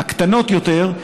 הקטנות יותר,